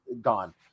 Gone